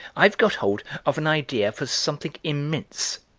i've got hold of an idea for something immense,